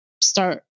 start